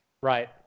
Right